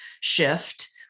shift